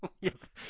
Yes